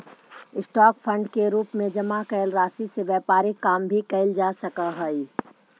stock fund के रूप में जमा कैल राशि से व्यापारिक काम भी कैल जा सकऽ हई